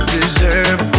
deserve